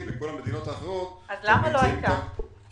וכל המדינות האחרות שאנחנו נמצאים איתן כחברים.